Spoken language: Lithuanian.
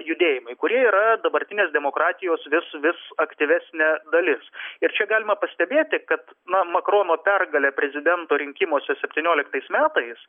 judėjimai kurie yra dabartinės demokratijos vis vis aktyvesnė dalis ir čia galima pastebėti kad na makrono pergalė prezidento rinkimuose septynioliktais metais